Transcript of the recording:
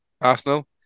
Arsenal